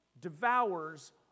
devours